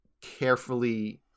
carefully